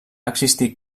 existit